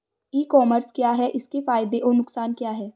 ई commerce क्या है इसके फायदे और नुकसान क्या है?